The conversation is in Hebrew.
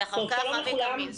ואחר כך אבי קמינסקי.